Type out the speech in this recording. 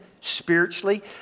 spiritually